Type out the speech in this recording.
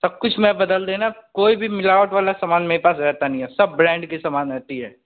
सब कुछ मेरा बदल देना कोई भी मिलावट वाला समान मेरे पास रहता नहीं है सब ब्रैंड की समान रहती है